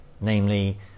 namely